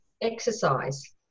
exercise